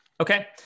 Okay